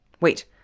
Wait